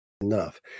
enough